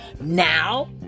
Now